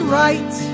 right